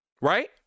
Right